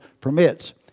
permits